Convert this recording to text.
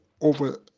over